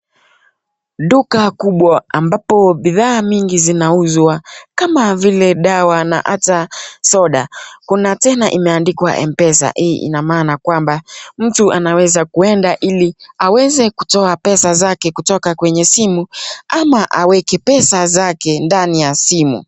Duka kubwa ambapo bidhaa mingi zinauzwa kama vile dawa na ata soda. Kuna tena imeandikwa M-PESA, hii inamaana kwamba mtu anaweza kuenda ili aweze kutoa pesa zake kutoka kwenye simu ama aweke pesa zake ndani ya simu.